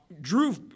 drew